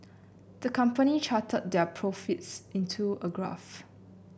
the company charted their profits into a graph